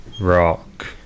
rock